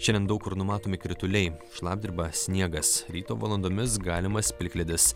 šiandien daug kur numatomi krituliai šlapdriba sniegas ryto valandomis galimas plikledis